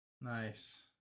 Nice